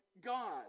god